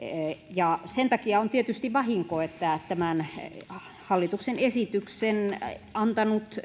ja sen takia on tietysti vahinko että tämän hallituksen esityksen antanut